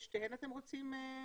את שתיהן אתם רוצים?